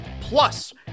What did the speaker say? Plus